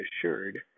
assured